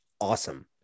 Awesome